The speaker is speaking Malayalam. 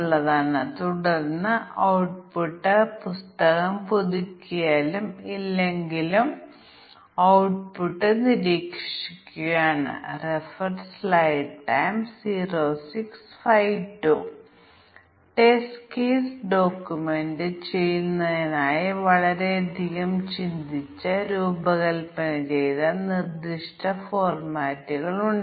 അതിനാൽ ഞങ്ങൾക്ക് 3 5 100 102 മുതലായ ഡാറ്റ ഉണ്ടെങ്കിൽ ഞങ്ങൾ ലോവർ ബൌണ്ട് 3 ഉയർന്ന ബാൻഡ് 102 3 ന് മുകളിൽ 5 കൂടാതെ 102 ൽ താഴെയുള്ള മൂല്യം 100 എന്നിവ പരിഗണിക്കേണ്ടതുണ്ട്